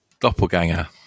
Doppelganger